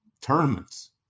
tournaments